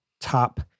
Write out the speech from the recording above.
top